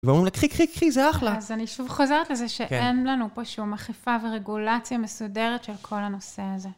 ואומרים לה, קחי, קחי, קחי, זה אחלה. אז אני שוב חוזרת לזה שאין לנו פה שום אכיפה ורגולציה מסודרת של כל הנושא הזה.